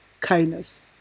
kindness